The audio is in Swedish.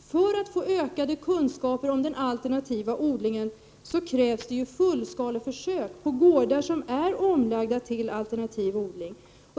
för att få ökade kunskaper om den alternativa odlingen krävs fullskaleförsök på gårdar som är omlagda till alternativ odling.